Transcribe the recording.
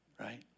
right